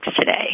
today